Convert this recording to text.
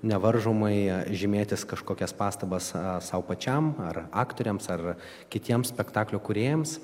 nevaržomai žymėtis kažkokias pastabas sau pačiam ar aktoriams ar kitiems spektaklio kūrėjams